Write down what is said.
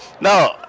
No